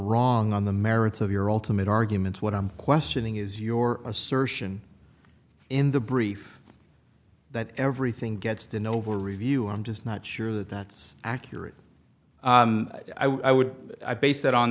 wrong on the merits of your ultimate arguments what i'm questioning is your assertion in the brief that everything gets to no over review i'm just not sure that that's accurate i would i base that on